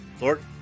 Lord